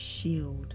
shield